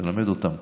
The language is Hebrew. ללמד אותם,